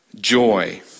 joy